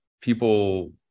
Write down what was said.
people